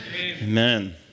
Amen